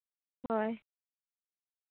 ᱦᱳᱭ